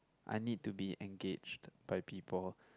I need to be engaged by people